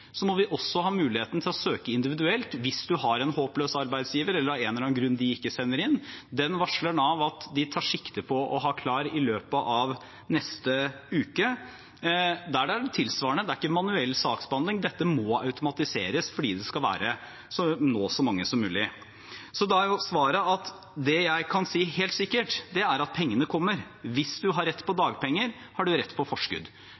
må vi også ha muligheten til å søke individuelt, hvis man har en håpløs arbeidsgiver eller man av en eller annen grunn ikke sender inn. Den varsler Nav at de tar sikte på å ha klar i løpet av neste uke. Der er det tilsvarende: Det er ikke manuell saksbehandling – dette må automatiseres fordi det skal nå så mange som mulig. Da er svaret at det jeg kan si helt sikkert, er at pengene kommer. Hvis man har rett på dagpenger, har man rett på forskudd.